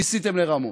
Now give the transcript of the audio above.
ניסיתם לרמות,